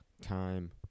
time